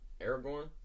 Aragorn